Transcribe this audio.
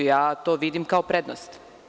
Ja to vidim kao prednost.